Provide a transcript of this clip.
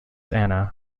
anna